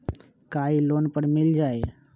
का इ लोन पर मिल जाइ?